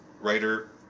writer